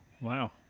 Wow